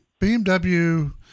BMW